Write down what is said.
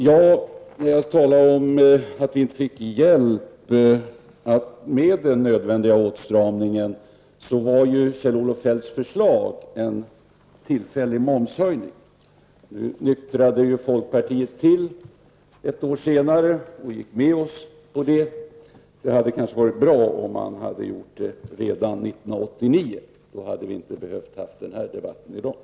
Jag sade att vi inte fick hjälp med den nödvändiga åtstramningen. Jag vill då erinra om att Kjell-Olof Feldts förslag var en tillfällig momshöjning. Nu nyktrade folkpartiet till ett år senare och gick med oss på det. Det hade kanske varit bra, om man hade gjort det redan 1989. Då hade vi inte behövt föra den här debatten i dag.